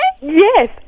yes